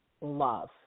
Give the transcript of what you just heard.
love